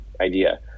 idea